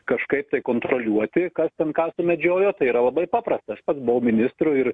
kažkaip tai kontroliuoti kas ten ką sumedžiojo tai yra labai paprasta aš pats buvau ministru ir